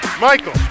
Michael